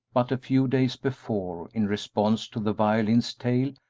but a few days before, in response to the violin's tale,